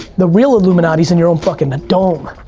the real illuminati is in your own fuckin' dome.